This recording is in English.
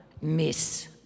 miss